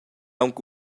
aunc